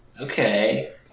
Okay